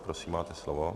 Prosím, máte slovo.